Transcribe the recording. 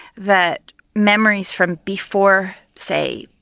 that memories from before say,